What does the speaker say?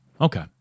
Okay